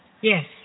Yes